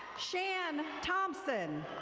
shan thompson.